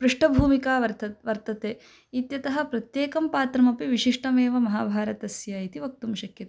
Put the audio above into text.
पृष्ठभूमिका वर्तते वर्तते इत्यतः प्रत्येकं पात्रमपि विशिष्टमेव महाभारतस्य इति वक्तुं शक्यते